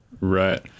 Right